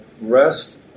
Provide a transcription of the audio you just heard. rest